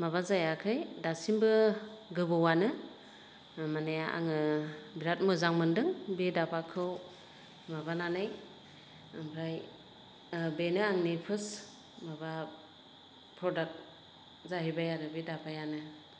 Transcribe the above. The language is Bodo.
माबा जायाखै दासिमबो गोबौआनो ओ माने आङो बिराद मोजां मोनदों बे दाबाखौ माबानानै ओमफ्राय ओ बेनो आंनि फार्स्ट माबा प्रडाक्ट जाहैबाय आरो बे दाबायानो